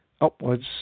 upwards